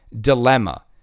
dilemma